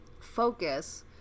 focus